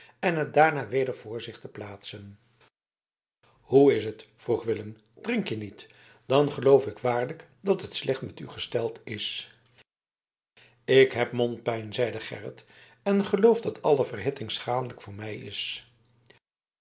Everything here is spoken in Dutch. en het daarna weder voor zich te plaatsen hoe is het vroeg willem drinkje niet dan geloof ik waarlijk dat het slecht met u gesteld is ik heb mondpijn zeide gerrit en geloof dat alle verhitting schadelijk voor mij is